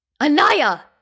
Anaya